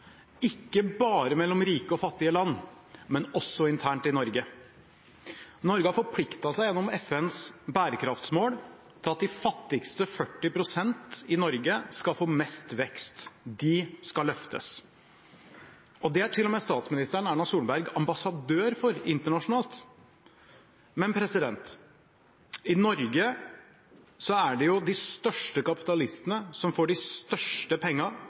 ikke bare mellom rike og fattige land, men også internt i Norge. Norge har forpliktet seg gjennom FNs bærekraftsmål til at de 40 pst. fattigste i Norge skal få mest vekst – de skal løftes. Det er til og med statsministeren, Erna Solberg, ambassadør for internasjonalt. Men: I Norge er det de største kapitalistene som får de største pengene